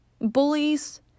bullies